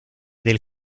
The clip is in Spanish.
del